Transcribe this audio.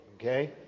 Okay